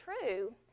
true